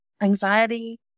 anxiety